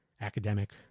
academic